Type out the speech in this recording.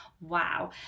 Wow